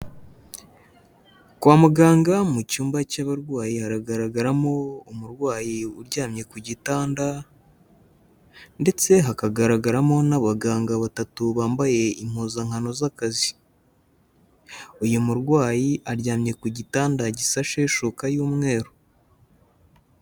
Kwa muganga mu cyumba cy'abarwayi haragaragaramo umurwayi uryamye ku gitanda ndetse hakagaragaramo n'abaganga batatu bambaye impuzankano z'akazi, uyu murwayi aryamye ku gitanda gisasheho ishuka y'umweru.